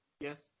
Yes